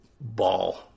ball